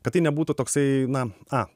kad tai nebūtų toksai na a